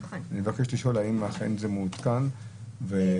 אני מבקש לשאול אם אכן זה מעודכן ואותם